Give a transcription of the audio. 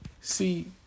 see